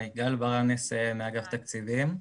גל ברנס מאגף התקציבים.